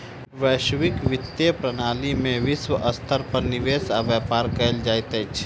वैश्विक वित्तीय प्रणाली में विश्व स्तर पर निवेश आ व्यापार कयल जाइत अछि